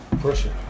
Pressure